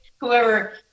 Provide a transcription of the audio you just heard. whoever